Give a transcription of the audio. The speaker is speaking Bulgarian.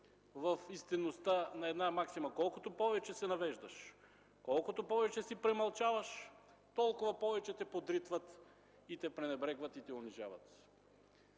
в истинността на една максима: „Колкото повече се навеждаш, колкото повече си премълчаваш, толкова повече те подритват и те пренебрегват, и те унижават”.